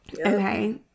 Okay